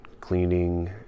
cleaning